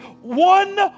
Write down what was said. one